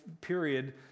period